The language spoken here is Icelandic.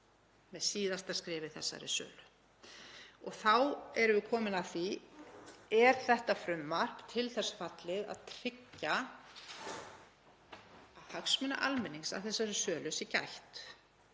með síðasta skref í þessari sölu. Og þá erum við komin að því: Er þetta frumvarp til þess fallið að tryggja að hagsmuna almennings í þessari sölu sé gætt?